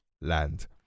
Land